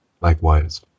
Likewise